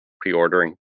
pre-ordering